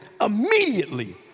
immediately